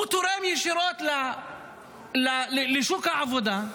הוא תורם ישירות לשוק העבודה,